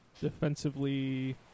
defensively